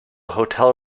hotel